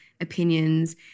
opinions